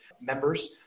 members